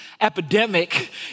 epidemic